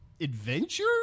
adventure